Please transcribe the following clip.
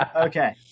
Okay